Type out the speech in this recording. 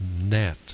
net